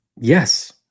Yes